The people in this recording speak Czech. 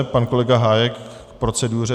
Pan kolega Hájek k proceduře.